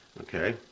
Okay